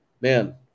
man